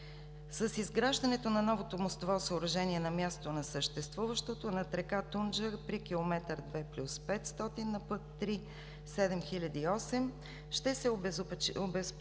С изграждането на новото мостово съоръжение на мястото на съществуващото над река Тунджа при км 2+500 на път III 7008 ще се обезпечи